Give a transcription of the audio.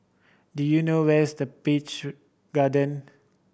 do you know where is the Peach Garden